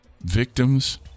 Victims